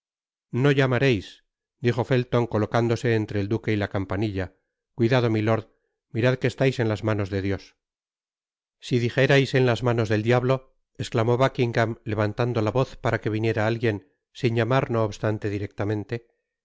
no llamareis dijo fellon colocándose entre el duque y la campanilla cuidado milord mirad que estais en las manos de dios si dijerais en las manos del diablo esclamó buckingam levantando la voz para que viniera alguien sin llamar no obstante directamente